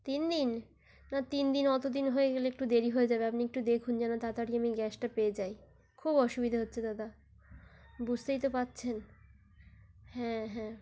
তিন দিন না তিন দিন অত দিন হয়ে গেলে একটু দেরি হয়ে যাবে আপনি একটু দেখুন যেন তাড়াতাড়ি আমি গ্যাসটা পেয়ে যাই খুব অসুবিধে হচ্ছে দাদা বুঝতেই তো পারছেন হ্যাঁ হ্যাঁ